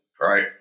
right